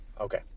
Okay